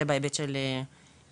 זה בהיבט של בג"ץ.